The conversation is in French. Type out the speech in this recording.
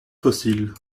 fossiles